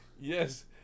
Yes